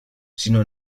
sinó